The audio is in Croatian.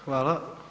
Hvala.